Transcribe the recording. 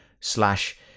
slash